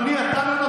זה מה שאנחנו מבקשים.